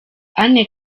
anne